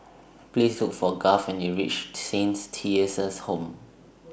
Please Look For Garth when YOU REACH Saint Theresa's Home